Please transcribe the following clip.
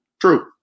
True